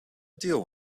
deal